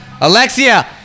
Alexia